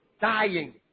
dying